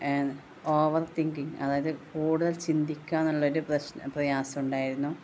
over thinking അതായത് കൂടുതൽ ചിന്തിക്കുക എന്നുള്ള ഒരു പ്രയാസമുണ്ടായിരുന്നു